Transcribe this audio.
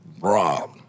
Rob